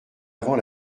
avant